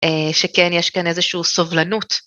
שכן יש כאן איזשהו סובלנות.